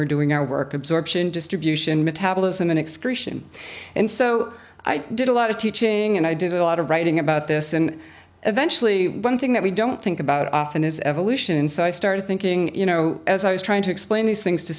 we're doing our work absorption distribution metabolism and excretion and so i did a lot of teaching and i did a lot of writing about this and eventually one thing that we don't think about often is evolution so i started thinking you know as i was trying to explain these things to